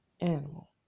animal